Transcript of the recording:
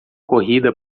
corrida